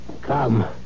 Come